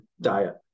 diet